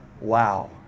Wow